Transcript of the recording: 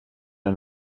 ein